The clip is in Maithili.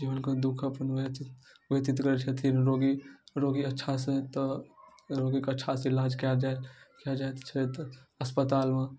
जीवनके दुख अपन व्यतीत करै छथिन रोगी रोगी अच्छासँ एतऽ रोगीके अच्छासँ इलाज कएल जाइत कएल जाइत छथि अस्पतालमे